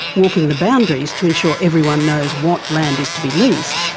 walking the boundaries to ensure everyone knows what land is to be leased,